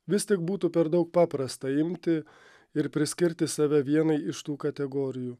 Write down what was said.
vis tik būtų per daug paprasta imti ir priskirti save vienai iš tų kategorijų